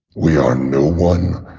we are no one.